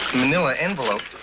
manila envelope.